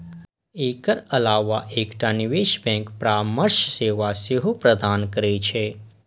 एकर अलावा एकटा निवेश बैंक परामर्श सेवा सेहो प्रदान करै छै